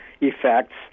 effects